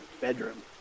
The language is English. bedroom